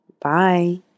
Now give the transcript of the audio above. bye